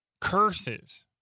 curses